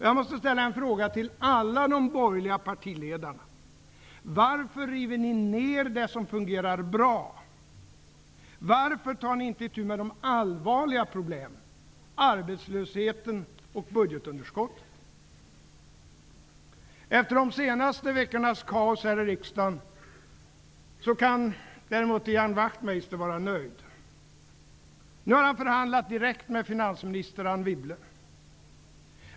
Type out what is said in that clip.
Jag måste ställa en fråga till alla de borgerliga partiledarna: Varför river ni ned det som fungerar bra? Varför tar ni inte itu med de allvarliga problemen, arbetslösheten och budgetunderskottet? Efter de senaste veckornas kaos här i riksdagen kan Ian Wachtmeister däremot vara nöjd. Nu har han förhandlat direkt med finansminister Anne Wibble.